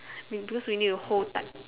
we because we need to hold tight